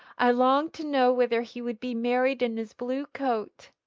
i longed to know whether he would be married in his blue coat.